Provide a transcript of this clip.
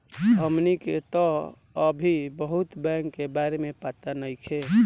हमनी के तऽ अभी बहुत बैंक के बारे में पाता नइखे